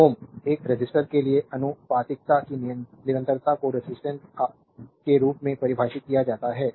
slide time देखें 0929 Ω एक resistors के लिए आनुपातिकता की निरंतरता को रेजिस्टेंस आर के रूप में परिभाषित किया जाता है